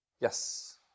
Yes